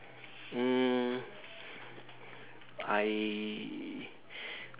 mm I